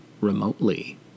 remotely